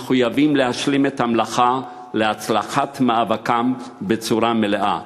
מחויבים להשלים את המלאכה להצלחת מאבקם בצורה מלאה.